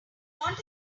want